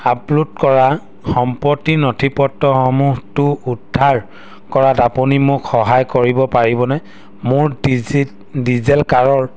upload কৰা সম্পত্তিৰ নথিপত্ৰসমূহটো উদ্ধাৰ কৰাত আপুনি মোক সহায় কৰিব পাৰিবনে মোৰ ডিজিলকাৰ